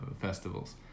festivals